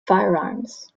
firearms